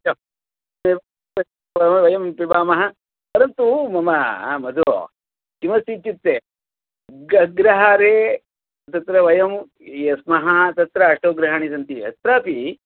सत्यम् एवं वयं पिबामः परन्तु मम मदु किमस्ति इत्युक्ते अग्रहारे तत्र वयं ये स्मः तत्र अष्टौ गृहाणि सन्ति अत्रापि